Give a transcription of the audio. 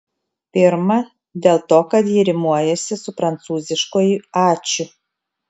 pirma dėl to kad ji rimuojasi su prancūziškuoju ačiū